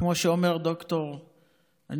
כמו שאומר ד"ר סוּס,